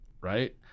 Right